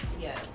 Yes